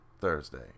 Thursday